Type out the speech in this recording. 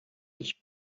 ich